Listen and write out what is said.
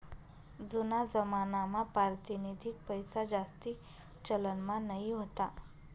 जूना जमानामा पारतिनिधिक पैसाजास्ती चलनमा नयी व्हता